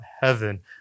heaven